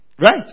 Right